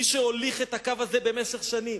מי שהוליך את הקו הזה במשך שנים,